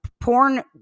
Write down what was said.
porn